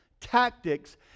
tactics